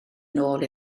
nôl